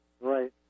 right